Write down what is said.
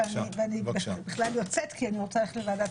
ואני בכלל יוצאת כי אני רוצה ללכת לוועדת